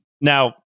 Now